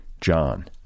John